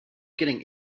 getting